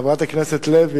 חברת הכנסת לוי,